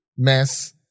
mess